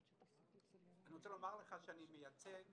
אני מייצג